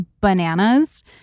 bananas